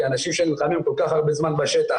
כאנשים שנלחמים כל כך הרבה זמן בשטח,